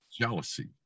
Jealousy